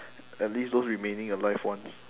at least those remaining alive ones